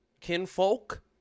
Kinfolk